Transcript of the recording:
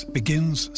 begins